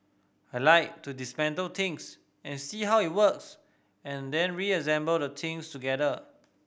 I like to dismantle things and see how it works and then reassemble the things together